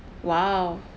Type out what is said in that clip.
!wah!